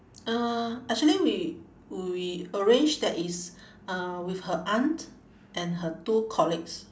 uh actually we we arrange that is uh with her aunt and her two colleagues